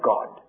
God